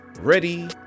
ready